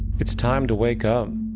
it's time to wake up.